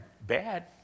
bad